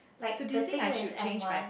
so do you think I should change my